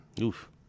oof